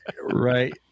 right